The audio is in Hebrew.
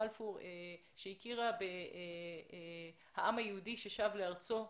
בלפור שהכירה בעם היהודי ששב לארצו.